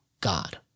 God